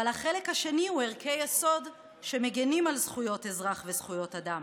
אבל החלק השני הוא ערכי יסוד שמגינים על זכויות אזרח וזכויות אדם,